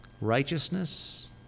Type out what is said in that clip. righteousness